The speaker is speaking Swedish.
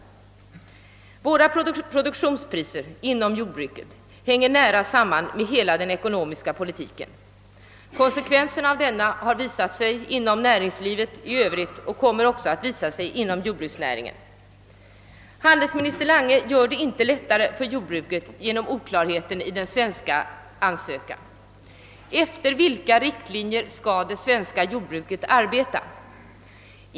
Våra produktionspriser inom jordbruket hänger nära samman med hela den ekonomiska politiken. Konsekvenserna av denna har visat sig inom näringslivet i övrigt och kommer också att visa sig inom jordbruksnäringen. Handelsminister Lange gör det inte lättare för jordbruket genom oklarheten i den svenska ansökan. Efter vilka riktlinjer skall det svenska jordbruket arbeta?